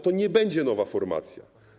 To nie będzie nowa formacja.